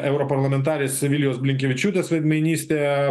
europarlamentarės vilijos blinkevičiūtės veidmainystė